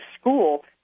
school